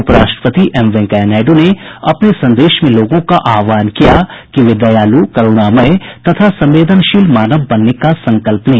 उपराष्ट्रपति एम वेंकैया नायड् ने अपने संदेश में लोगों का आह्वान किया कि वे दयालु करुणामय तथा संवदेनशील मानव बनने का संकल्प लें